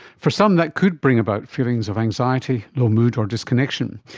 for some that could bring about feelings of anxiety, low mood or disconnection.